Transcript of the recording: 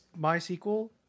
MySQL